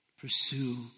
pursue